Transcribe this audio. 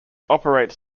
operates